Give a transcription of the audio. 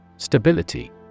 Stability